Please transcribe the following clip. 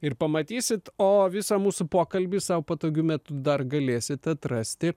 ir pamatysit o visą mūsų pokalbį sau patogiu metu dar galėsit atrasti